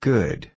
Good